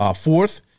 Fourth